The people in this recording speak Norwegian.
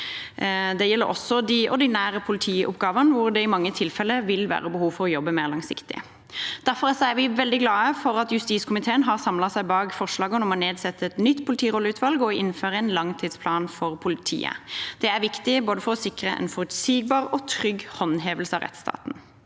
Det gjelder også de ordinære politioppgavene, hvor det i mange tilfeller vil være behov for å jobbe mer langsiktig. Derfor er vi veldig glad for at justiskomiteen har samlet seg bak forslagene om å nedsette et nytt politirolleutvalg og innføre en langtidsplan for politiet. Det er viktig for å sikre både en forutsigbar og en trygg håndhevelse av rettsstaten.